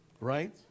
Right